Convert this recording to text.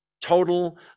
total